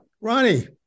Ronnie